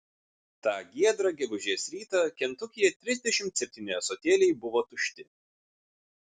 tą giedrą gegužės rytą kentukyje trisdešimt septyni ąsotėliai buvo tušti